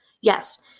Yes